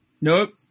Nope